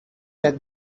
read